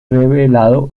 revelado